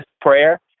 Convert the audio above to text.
prayer